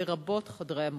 לרבות המורים,